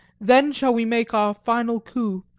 then shall we make our final coup,